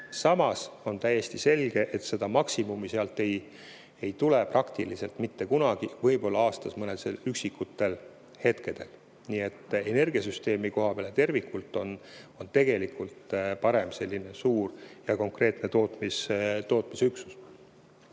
Samas on täiesti selge, et maksimumi sealt ei tule praktiliselt mitte kunagi, võib-olla aastas mõnel üksikul hetkel. Nii et energiasüsteemi koha pealt tervikuna on tegelikult parem selline suur ja konkreetne tootmisüksus.